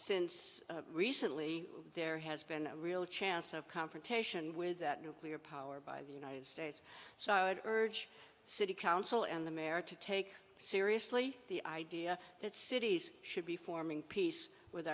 since recently there has been a real chance of confrontation with nuclear power by the united states so i would urge city council and the mayor to take seriously the idea that cities should be forming peace with